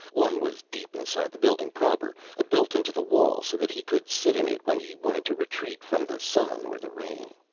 one was deep inside the building proper, built into the wall so that he could sit in it when he wanted to retreat from the sun or the rain.